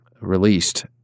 released